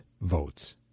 votes